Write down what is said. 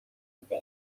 عجیبه